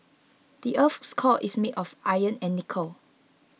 the earth's core is made of iron and nickel